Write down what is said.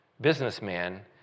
businessman